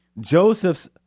Joseph's